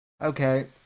Okay